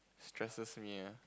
stresses me ah